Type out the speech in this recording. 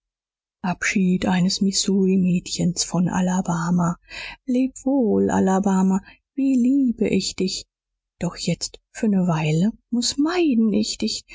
abschied eines missouri mädchens von alabama leb wohl alabama wie liebe ich dich doch jetzt für ne weile muß meiden ich